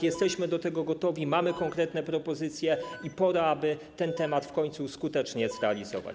Jesteśmy do tego gotowi, mamy konkretne propozycje i pora, aby ten temat w końcu skutecznie zrealizować.